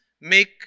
make